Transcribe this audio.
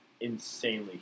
insanely